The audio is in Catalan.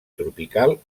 tropical